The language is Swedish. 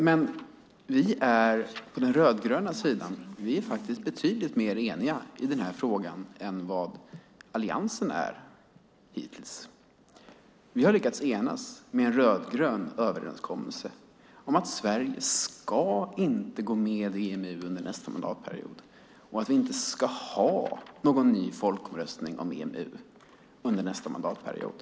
Men vi på den rödgröna sidan är faktiskt betydligt mer eniga i denna fråga än vad hittills Alliansen är. Vi har lyckats enas om en rödgrön överenskommelse att Sverige inte ska gå med i EMU under nästa mandatperiod och att vi inte ska ha någon ny folkomröstning om EMU under nästa mandatperiod.